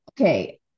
okay